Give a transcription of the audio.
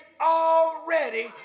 already